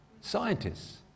scientists